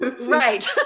right